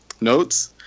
notes